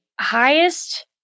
highest